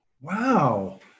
Wow